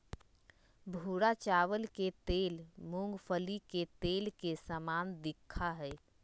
भूरा चावल के तेल मूंगफली के तेल के समान दिखा हई